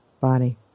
body